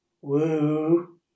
Woo